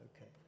Okay